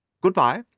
good-bye,